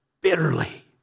bitterly